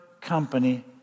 company